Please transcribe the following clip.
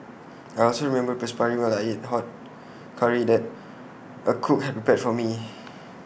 I also remember perspiring while I ate hot Curry that A cook had prepared for me